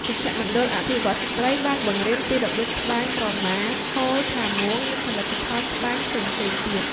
មជ្ឈមណ្ឌលអភិវឌ្ឍន៍ស្ត្រី បានបង្រៀនពីរបៀបត្បាញក្រមា ហូល ផាមួង និងផលិតផលត្បាញផ្សេងៗទៀត។